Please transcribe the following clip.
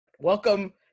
Welcome